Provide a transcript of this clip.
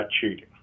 cheating